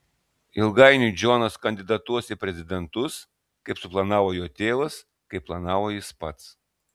ilgainiui džonas kandidatuos į prezidentus kaip suplanavo jo tėvas kaip planavo jis pats